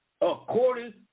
according